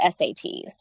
SATs